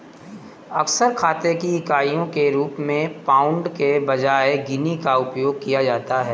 अक्सर खाते की इकाइयों के रूप में पाउंड के बजाय गिनी का उपयोग किया जाता है